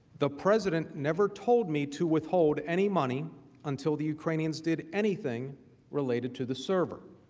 the president never told me to withhold any money until the ukrainians did anything related to the server.